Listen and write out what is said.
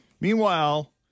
Meanwhile